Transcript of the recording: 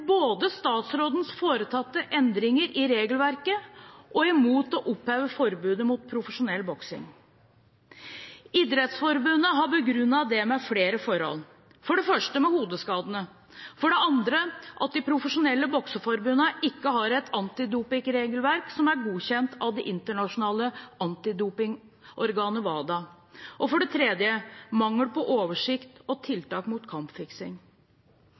både imot statsrådens foretatte endringer i regelverket og imot å oppheve forbudet mot profesjonell boksing. Idrettsforbundet har begrunnet det med flere forhold: For det første med hodeskadene, for det andre med at de profesjonelle bokseforbundene ikke har et antidopingregelverk som er godkjent av det internasjonale antidopingorganet WADA, og for det tredje med mangel på oversikt og tiltak mot kampfiksing.